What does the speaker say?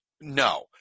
no